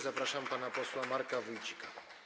Zapraszam pana posła Marka Wójcika.